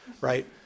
right